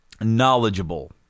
knowledgeable